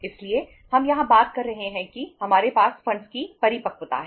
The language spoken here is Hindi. इसलिए हम यहां बात कर रहे हैं कि हमारे पास फंडस कहते हैं